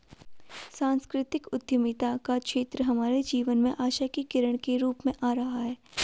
सांस्कृतिक उद्यमिता का क्षेत्र हमारे जीवन में आशा की किरण के रूप में आ रहा है